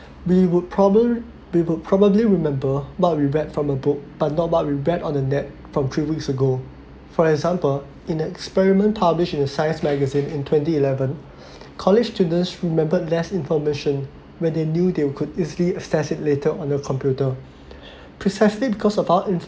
we would prob~ we would probably remember what we read from a book but not about we read on the net from three weeks ago for example in an experiment published in science magazine in twenty eleven college students remembered less information when they knew they could easily assess it later on their computer precisely because of our info~